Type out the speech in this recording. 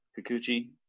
Kikuchi